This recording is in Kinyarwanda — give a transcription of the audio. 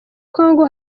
congo